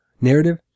Narrative